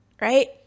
right